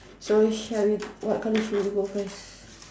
so shall we what color should we go first